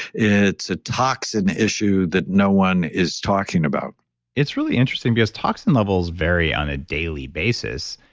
it's a toxin issue that no one is talking about it's really interesting because toxin levels vary on a daily basis.